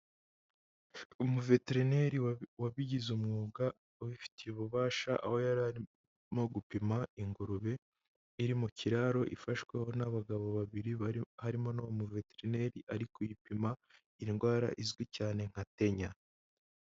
Umuveterineri wabigize umwuga ubifitiye ububasha aho yari arimo gupima ingurube iri mu kiraro ifashweho n'abagabo babiri bari harimo n'uwo muveterineri ari kuyipima, ni indwara izwi cyane nka teniya.